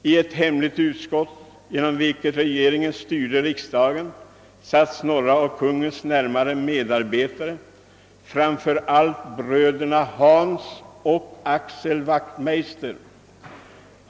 I ett hemligt utskott genom vilket regeringen styrde riksdagen satt några av kungens närmaste medarbetare, framför allt bröderna Hans och Axel Wachtmeister.